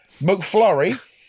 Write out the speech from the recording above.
McFlurry